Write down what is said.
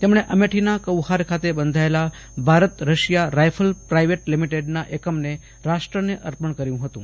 તેમણે અમેઠીના કૌહાર ખાતે બંધાયેલા ભારત રશિયા રાયફલ પ્રાઇવેટ લિમિટેડના એકમને રાષ્ટ્રને અર્પણ કર્યુ હતું